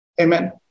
Amen